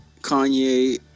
Kanye